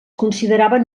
consideraven